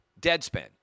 Deadspin